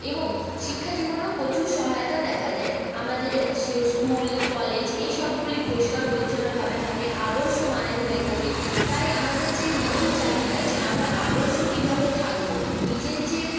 এবং শিক্ষাজীবনেও প্রচুর সহায়তা দেখা যায় আমাদের সেও স্কুল কলেজ এইসবগুলি পরিষ্কার পরিচ্ছন্নভাবে থাকে আদর্শমানের হয়ে থাকে তাই আমাদের যে মূল চাহিদা যে আমরা আদর্শ কিভাবে থাকব নিজের যে